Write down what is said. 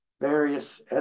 various